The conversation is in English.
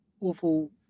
awful